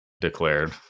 declared